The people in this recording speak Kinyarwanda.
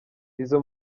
izo